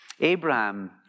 Abraham